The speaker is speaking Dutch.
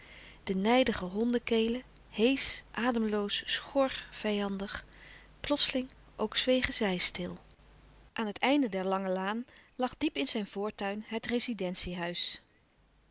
de nijdige hondekelen heesch ademloos schor vijandig plotseling ook zwegen zij stil aan het einde der lange laan lag diep in zijn voortuin het rezidentie-huis